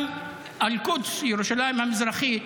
גם אל-קודס, ירושלים המזרחית,